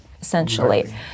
essentially